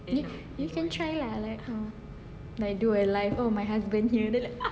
you you can try lah like oh like do a live oh my husband here then like